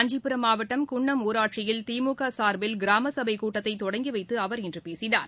காஞ்சிபுரம் மாவட்டம் குன்னம் ஊராட்சியில் திமுக சார்பில் கிராமசபை கூட்டத்தை தொடங்கி வைத்து அவர் இன்று பேசினார்